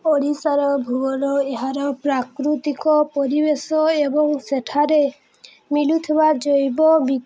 ଓଡ଼ିଶାର ଭୂବନ ଏହାର ପ୍ରାକୃତିକ ପରିବେଶ ଏବଂ ସେଠାରେ ମିଳୁଥିବା ଜୈବ